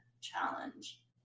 challenge